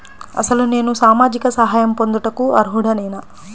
అసలు నేను సామాజిక సహాయం పొందుటకు అర్హుడనేన?